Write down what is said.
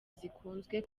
zikunzwe